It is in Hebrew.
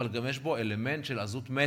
אבל גם יש בו אלמנט של עזות מצח.